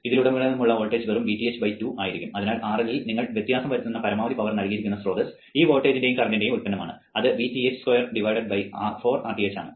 അതിനാൽ RL ൽ നിങ്ങൾ വ്യത്യാസം വരുത്തുന്ന പരമാവധി പവർ നൽകിയിരിക്കുന്ന സ്രോതസ്സ് ഈ വോൾട്ടേജിന്റെയും കറന്റിന്റെയും ഉൽപ്പന്നമാണ് അത് Vth2 4 Rth ആണ്